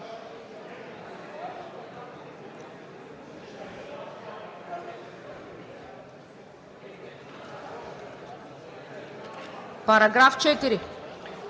Параграф 3.